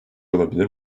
olabilir